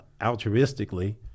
altruistically